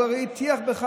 הוא הרי הטיח בך,